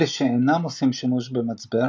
אלו שאינם עושים שימוש במצבר,